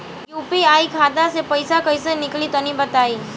UPI खाता से पइसा कइसे निकली तनि बताई?